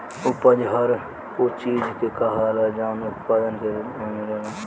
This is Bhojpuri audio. उपज हर उ चीज के कहाला जवन उत्पाद के रूप मे मिले